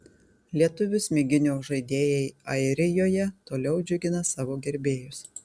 lietuvių smiginio žaidėjai airijoje toliau džiugina savo gerbėjus